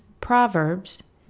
Proverbs